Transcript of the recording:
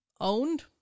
owned